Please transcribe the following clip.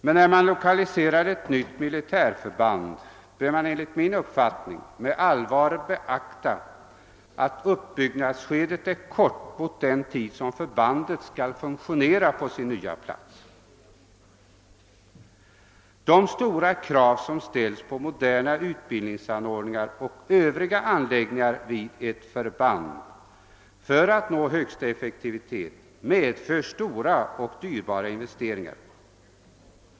Men när man lokaliserar ett nytt militärförband bör man enligt min uppfattning med allvar beakta att uppbyggnadsskedet är kort jämfört med den tid som förbandet skall fungera på sin nya plats. De stora krav som ställs på moderna utbildningsanordningar och övriga anläggningar vid ett förband för att man skall uppnå högsta effektivitet medför stora och dyrbara investeringar.